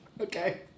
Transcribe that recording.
Okay